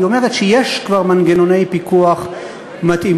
היא אומרת שיש כבר מנגנוני פיקוח מתאימים,